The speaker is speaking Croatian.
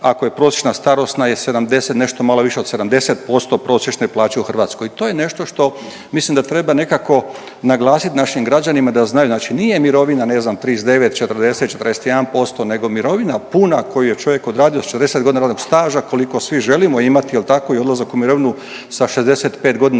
ako je prosječna starosna je 70, nešto malo više od 70% prosječne plaće u Hrvatskoj i to je nešto što mislim da treba nekako naglasit našim građanima da znaju, znači nije mirovina ne znam 39, 40, 41%, nego mirovina puna koju je čovjek odradio s 40.g. radnog staža koliko svi želimo imati jel tako i odlazak u mirovinu sa 65.g. nam